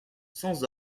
sans